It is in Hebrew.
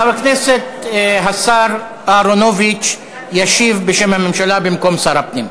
חבר הכנסת השר אהרונוביץ ישיב בשם הממשלה במקום שר הפנים.